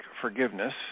Forgiveness